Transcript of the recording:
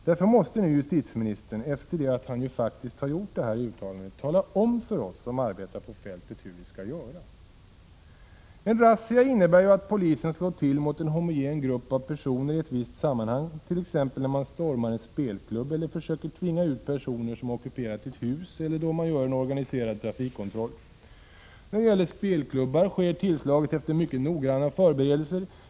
Därför måste nu justitieministern — efter det att han faktiskt har gjort det här uttalandet — tala om för oss som arbetar på fältet hur vi skall göra. En razzia innebär ju att polisen slår till mot en homogen grupp av personer i ett visst sammanhang, t.ex. när man stormar en spelklubb eller försöker tvinga ut personer som ockuperat ett hus eller då man gör en organiserad trafikkontroll. När det gäller spelklubbar sker tillslaget efter mycket noggranna förberedelser.